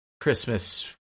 christmas